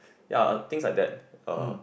ya things like that uh